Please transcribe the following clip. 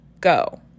go